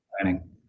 planning